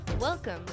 Welcome